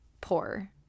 poor